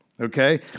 okay